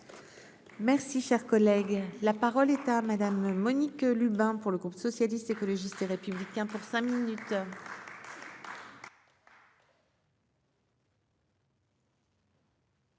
Merci, cher collègue, la parole est à madame Monique Lubin, pour le groupe socialiste, écologiste. Les républicains pour cinq minutes.